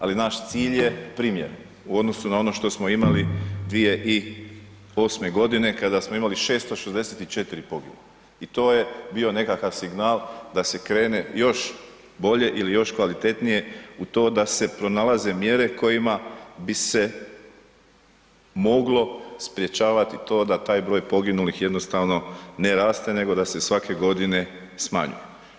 Ali naš cilj je primjer u odnosu na ono što smo imali 2008. godine kada smo imali 664 poginulih i to je bio nekakav signal da se krene još bolje ili još kvalitetnije u to da se pronalaze mjere kojima bi se moglo sprječavati to da taj broj poginulih jednostavno ne raste nego da se svake godine smanjuje.